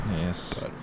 Yes